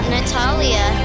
Natalia